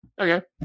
Okay